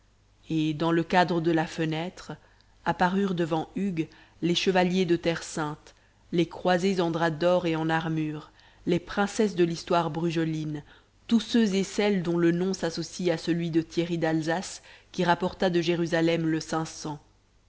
et dans le cadre de la fenêtre apparurent devant hugues les chevaliers de terre-sainte les croisés en drap d'or et en armure les princesses de l'histoire brugeline tous ceux et celles dont le nom s'associe à celui de thierry d'alsace qui rapporta de jérusalem le